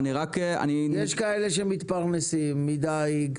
יש כאלה שמתפרנסים מדיג.